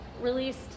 released